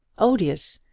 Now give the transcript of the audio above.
odious!